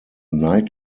night